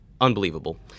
Unbelievable